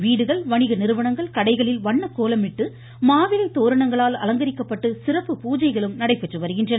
வீடுகள் வணிக நிறுவனங்கள் கடைகளில் வண்ணக் கோலமிட்டு மாவிலை தோரணங்களால் அலங்கரிக்கப்பட்டு சிறப்பு பூஜைகளும் நடைபெற்று வருகின்றன